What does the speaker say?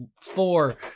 four